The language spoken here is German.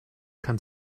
kann